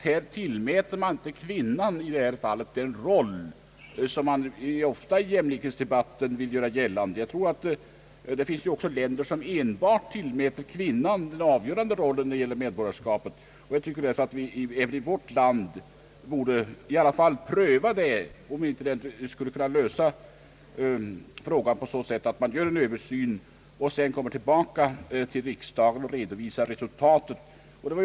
Här tillmäter man inte kvinnan den roll som man ofta i jämlikhetsdebatten vill göra gällande. Jag tror att det finns länder som enbart tillmäter kvinnan den avgörande rollen när det gäller medborgarskap. Jag anser att även vi i vårt land borde pröva om inte frågan skulle kunna lösas genom en översyn i första hand för att sedan presentera den för riksdagen och redovisa resultatet.